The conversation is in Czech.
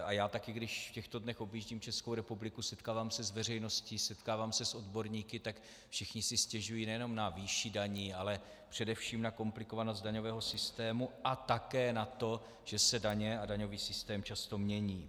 A když v těchto dnech objíždím Českou republiku, setkávám se s veřejností, setkávám se s odborníky, tak všichni si stěžují nejenom na výši daní, ale především na komplikovanost daňového systému a také na to, že se daně a daňový systém často mění.